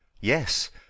Yes